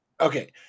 okay